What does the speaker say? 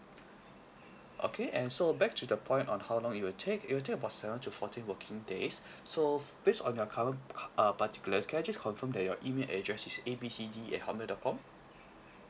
okay and so back to the point on how long it will take it will take about seven to fourteen working days so based on your current uh particulars can I just confirm that your email address is A B C D at hotmail dot com